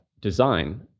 design